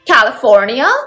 California